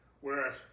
Whereas